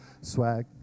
swag